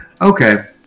Okay